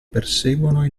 perseguono